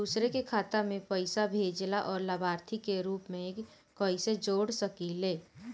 दूसरे के खाता में पइसा भेजेला और लभार्थी के रूप में कइसे जोड़ सकिले?